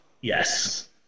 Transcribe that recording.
yes